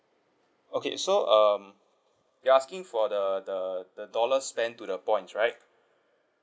okay so um you're asking for the the the dollars spent to the points right